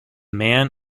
man